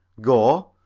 go?